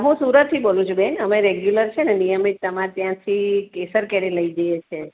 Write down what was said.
હું સુરતથી બોલું છું બેન અમે રેગ્યુલર છે ને નિયમિત તમારે ત્યાંથી કેસર કેરી લઈ જઈએ છીએ